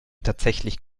tatsächlich